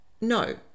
No